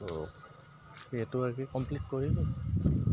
ত' সেইটো কমপ্লিট কৰিলো